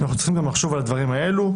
אנחנו צריכים גם לחשוב על הדברים האלו.